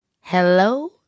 Hello